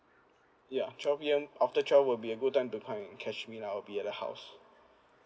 ya twelve P_M after twelve will be a good time to find catch me lah I'll be at the house